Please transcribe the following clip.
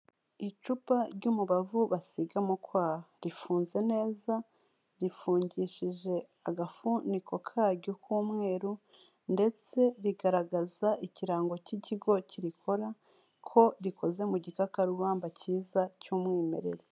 Icupa ry'umubavu basiga mu kwaha, rifunze neza, rifungishije agafuniko karyo k'umweru ndetse rigaragaza ikirango cy'ikigo kirikora ko rikoze mu gikakarubamba cyiza cy'umwimerere.